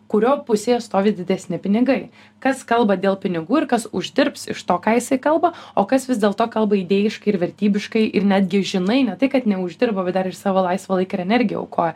kurio pusėje stovi didesni pinigai kas kalba dėl pinigų ir kas uždirbs iš to ką jisai kalba o kas vis dėlto kalba idėjiškai ir vertybiškai ir netgi žinai ne tai kad neuždirba bet dar ir savo laisvą laiką ir energiją aukoja